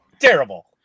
Terrible